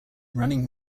running